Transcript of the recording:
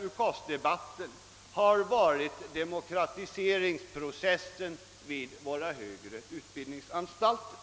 UKAS-debatten har varit demokratiseringsprocessen vid våra högre utbildningsanstalter.